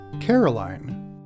Caroline